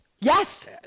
Yes